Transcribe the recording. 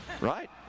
right